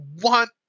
want